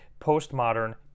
postmodern